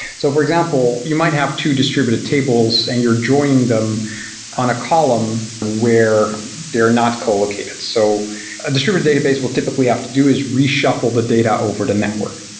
so, for example, you might have to distributed tables and your drawing them on a column where they're not co-located. so a distributed database will typically have to do is reshuffle the data over the network.